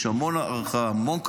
יש המון הערכה, המון כבוד.